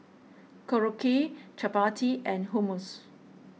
Korokke Chapati and Hummus